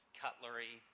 cutlery